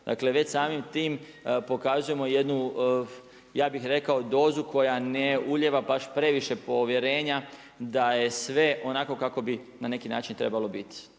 Dakle, već samim tim pokazujemo jednu, ja bih rekao dozu koja ne ulijeva baš previše povjerenja, da je sve onako kako bi na neki način trebalo biti.